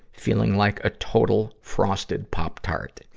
feeling like a total frosted pop tart.